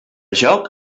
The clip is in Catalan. joc